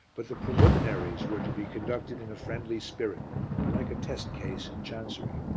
but the preliminaries were to be conducted in a friendly spirit like a test case in chancery.